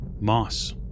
moss